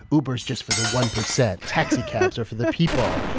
uber's just for the one percent taxicabs are for the people.